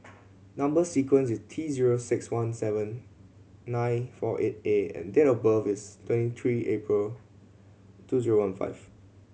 number sequence is T zero six one seven nine four eight A and date of birth is twenty three April two zero one five